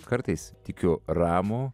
kartais tikiu ramų